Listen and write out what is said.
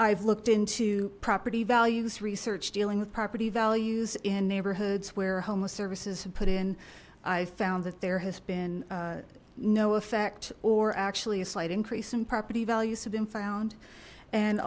i've looked into property values research dealing with property values in neighborhoods where homeless services have put in i found that there has been no effect or actually a slight increase in property values have been found and